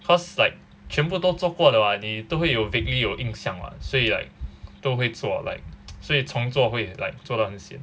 cause like 全部都做过了 [what] 你都会有 vaguely 有印象 [what] 所以 like 都会做 like 所以从做会 like 做到很 sian